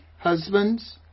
husbands